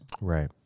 Right